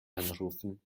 anrufen